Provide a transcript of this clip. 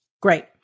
Great